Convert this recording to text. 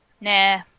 Nah